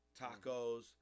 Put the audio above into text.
Tacos